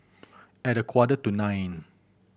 at a quarter to nine